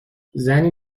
زنی